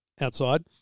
outside